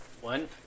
One